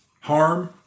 harm